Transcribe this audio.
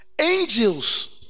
angels